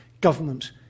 government